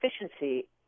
efficiency